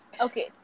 Okay